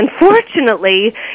unfortunately